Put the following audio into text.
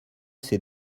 ces